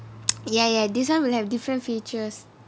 ya ya this [one] will have different features